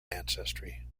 ancestry